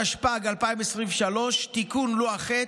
התשפ"ג 2023, תיקון לוח ח':